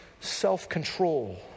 self-control